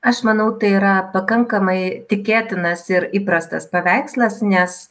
aš manau tai yra pakankamai tikėtinas ir įprastas paveikslas nes